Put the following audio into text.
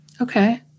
okay